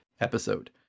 episode